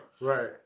Right